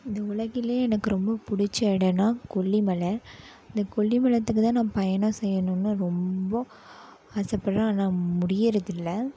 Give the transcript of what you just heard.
இந்த உலகிலே எனக்கு ரொம்ப பிடிச்ச இடோன்னா கொல்லி மலை அந்த கொல்லிமலத்துக்கு தான் நான் பயணம் செய்யணும்னு ரொம்ப ஆசப்படுறேன் ஆனால் முடியிறது இல்லை